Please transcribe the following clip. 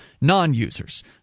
non-users